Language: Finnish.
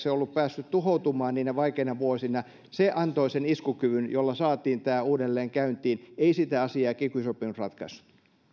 ne olleet päässeet tuhoutumaan niinä vaikeina vuosina antoi iskukyvyn jolla saatiin tämä uudelleen käyntiin ei sitä asiaa kiky sopimus ratkaissut